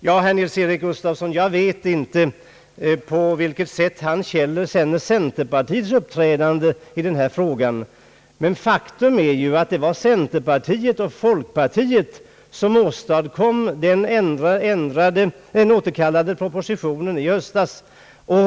Ja, jag vet inte på vilket sätt herr Nils-Eric Gustafsson känner centerpartiets uppträdande i denna fråga, men faktum är ju att det var centerpartiet och folkpartiet som åstadkom återkallandet av propositionen i höstas.